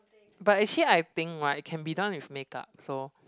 but actually I think right can be done with make-up so